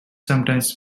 sometimes